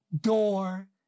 door